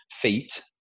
feet